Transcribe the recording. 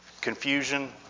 confusion